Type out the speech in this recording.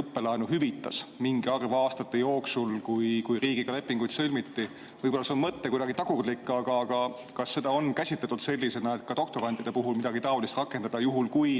õppelaenu hüvitas, mingi arvu aastate jooksul, kui riigiga lepinguid sõlmiti? Võib-olla see mõte on kuidagi tagurlik, aga kas seda on käsitletud sellisena, et ka doktorantide puhul midagi taolist rakendada, juhul kui